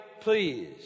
please